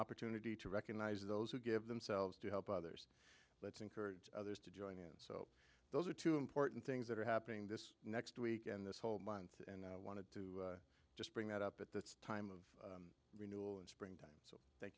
opportunity to recognize those who give themselves to help others let's encourage others to join it so those are two important things that are happening this next week and this whole month and wanted to just bring that up at the time of renewal and spring